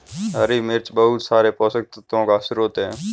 हरी मिर्च बहुत सारे पोषक तत्वों का स्रोत है